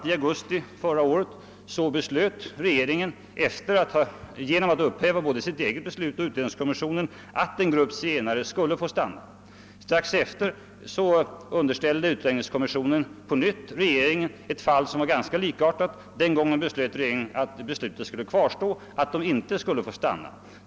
I augusti förra året beslöt ju regeringen, efter att ha upphävt både sitt eget beslut och utlänningskommissionens beslut, att en grupp zigenare skulle få stanna här i Sverige. Strax efteråt underställde utlänningskommissionen på nytt regeringen ett fall som var ganska likartat. Den gången beslöt regeringen att beslutet skulle stå fast och att vederbörande inte skulle få stanna.